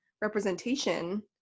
representation